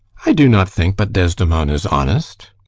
i do not think but desdemona's honest.